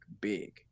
big